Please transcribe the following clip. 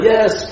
Yes